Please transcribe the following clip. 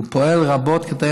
ופועל רבות כדי